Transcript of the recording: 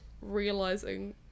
realizing